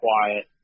quiet